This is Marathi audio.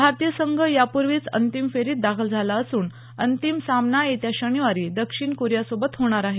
भारतीय संघ यापूर्वींच अंतिम फेरीत दाखल झाला असून अंतिम सामना येत्या शनिवारी दक्षिण कोरिया सोबत होणार आहे